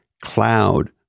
cloud